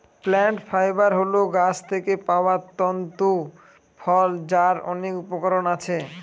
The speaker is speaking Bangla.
প্লান্ট ফাইবার হল গাছ থেকে পাওয়া তন্তু ফল যার অনেক উপকরণ আছে